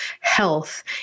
health